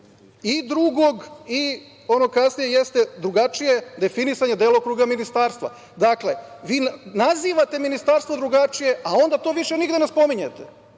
i drugog i onog kasnije jeste drugačije definisanje delokruga ministarstva. Dakle, vi nazivate ministarstvo drugačije, a onda to više nigde ne spominjete.